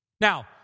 Now